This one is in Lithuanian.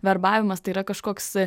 verbavimas tai yra kažkoks